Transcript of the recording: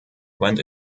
went